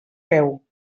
veu